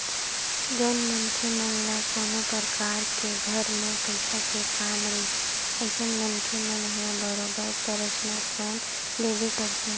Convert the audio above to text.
जउन मनखे मन ल कोनो परकार के घर म पइसा के काम रहिथे अइसन मनखे मन ह बरोबर परसनल लोन लेबे करथे